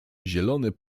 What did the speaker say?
zielony